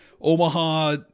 Omaha